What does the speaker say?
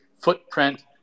footprint